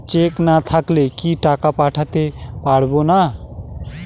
Check না থাকলে কি টাকা পাঠাতে পারবো না?